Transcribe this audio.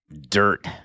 dirt